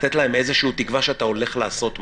לתת להם איזו תקווה שאתה הולך לעשות משהו.